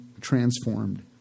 transformed